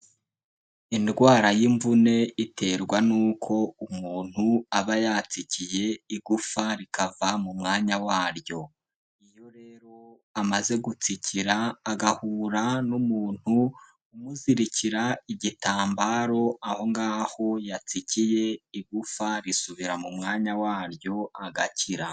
Indwara y'imvune iterwa n'uko umuntu aba yatsikiye igufa rikava mu mwanya waryo, iyo rero amaze gutsikira agahura n'umuntu umuzirikira igitambaro aho ngaho yatsikiye igufa risubira mu mwanya waryo agakira.